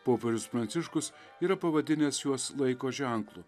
popiežius pranciškus yra pavadinęs juos laiko ženklu